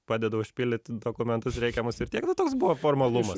padedu užpildyt dokumentus reikiamus ir tiek nu toks buvo formalumas